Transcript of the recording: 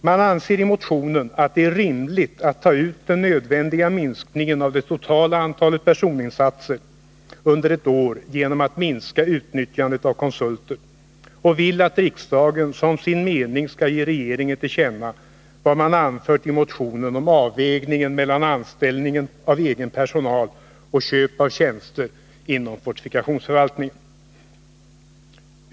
Man anser i motionen att det är rimligt att ta ut den nödvändiga minskningen av det totala antalet personinsatser under ett år genom att minska utnyttjandet av konsulter, och man vill att riksdagen som sin mening skall ge regeringen till känna vad man anfört i motionen om avvägningen mellan anställningen av egen personal och köp av tjänster inom fortifikationsförvaltningen.